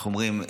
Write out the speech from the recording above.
איך אומרים,